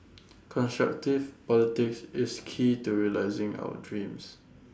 constructive politics is key to realising our dreams